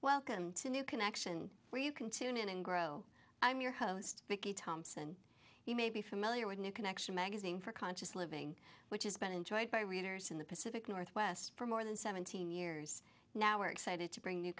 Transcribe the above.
welcome to new connection where you can tune in and grow i'm your host vicky thompson you may be familiar with a new connection magazine for conscious living which has been enjoyed by readers in the pacific northwest for more than seventeen years now we're excited to bring a new